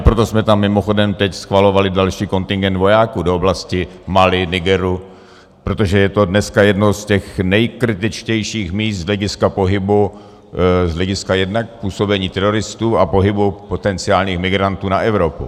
Proto jsme tam mimochodem teď schvalovali další kontingent vojáků do oblasti Mali, Nigeru, protože je to dnes jedno z těch nejkritičtějších míst z hlediska pohybu, z hlediska jednak působení teroristů a pohybu potenciálních migrantů na Evropu.